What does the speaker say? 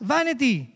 Vanity